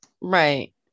Right